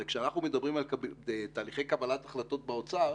כשאנחנו מדברים על תהליכי קבלת החלטות באוצר,